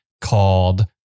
called